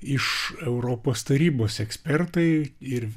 iš europos tarybos ekspertai ir